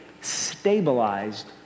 stabilized